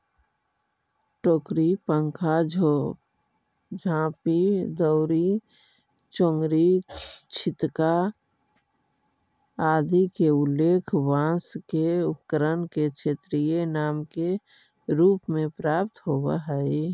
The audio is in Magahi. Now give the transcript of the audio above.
टोकरी, पंखा, झांपी, दौरी, चोंगरी, छितका आदि के उल्लेख बाँँस के उपकरण के क्षेत्रीय नाम के रूप में प्राप्त होवऽ हइ